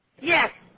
Yes